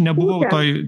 nebuvau toj